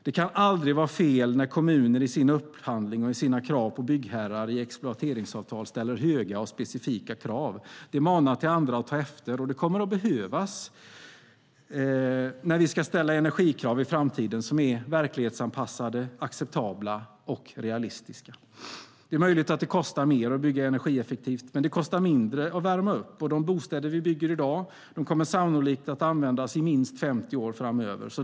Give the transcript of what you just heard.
Det kan aldrig vara fel när kommuner i sin upphandling och i sina krav på byggherrar i exploateringsavtal ställer höga och specifika krav. Det manar andra till att ta efter, vilket kommer att behövas när vi i framtiden ska ställa energikrav som är verklighetsanpassade, acceptabla och realistiska. Det är möjligt att det kostar mer att bygga energieffektivt, men det kostar mindre att värma upp, och de bostäder vi bygger i dag kommer sannolikt att användas i minst 50 år framöver.